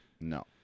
No